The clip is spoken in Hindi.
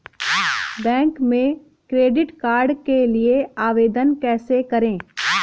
बैंक में क्रेडिट कार्ड के लिए आवेदन कैसे करें?